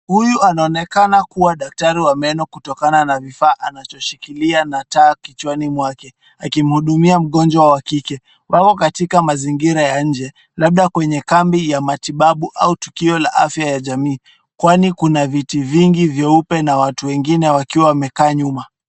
Huyu anaoenekana kuwa daktari wa meno kutokana na vifaa anachoshikilia na taa kichwani mwake akimhudumia mgonjwa wa kike. Wamo katika mazingira ya nje labda kwenye kambi ya matibabu au tukio la afya ya jamii kwani kuna viti vingi vyeupe na watu wengine wakiwa wamekaa nyuma.